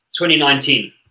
2019